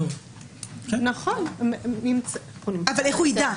איך הוא ידע?